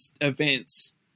events